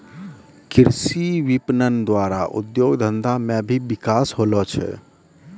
कृषि विपणन द्वारा उद्योग धंधा मे भी बिकास होलो छै